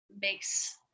makes